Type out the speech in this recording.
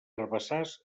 herbassars